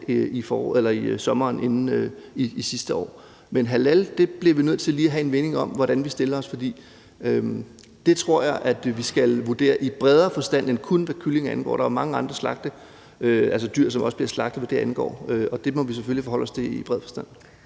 vi har aftalt i sommeren sidste år. Men halalslagtning bliver vi nødt til lige at vende, i forhold til hvordan vi stiller os, for det tror jeg vi skal vurdere i bredere forstand end det, der kun angår kyllinger. Der er jo mange andre dyr, der også bliver slagtet, hvad det angår, og det må vi selvfølgelig forholde os til i bred forstand.